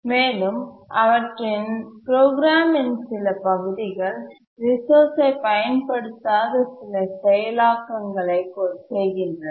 மேலும் அவற்றின் ப்ரோக்ராம்ன் சில பகுதிகள் ரிசோர்ஸ்ஐ பயன்படுத்தாத சில செயலாக்கங்களைச் செய்கின்றன